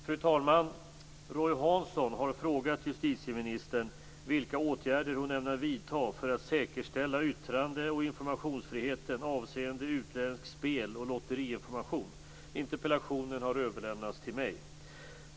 Fru talman! Roy Hansson har frågat justitieministern vilka åtgärder hon ämnar vidta för att säkerställa yttrande och informationsfriheten avseende utländsk spel och lotteriinformation. Interpellationen har överlämnats till mig.